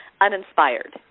uninspired